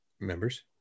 members